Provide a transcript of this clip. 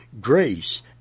grace